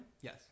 Yes